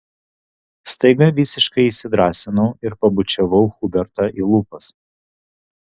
staiga visiškai įsidrąsinau ir pabučiavau hubertą į lūpas